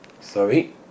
Sorry